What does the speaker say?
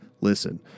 Listen